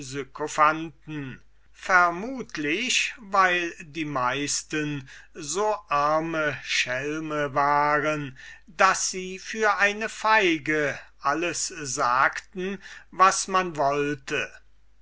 abgaben sykophanten weil die meisten so arme schelme waren daß sie für eine feige alles sagten was man wollte